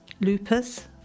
lupus